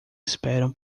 esperam